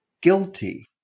guilty